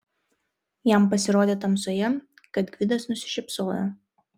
jam pasirodė tamsoje kad gvidas nusišypsojo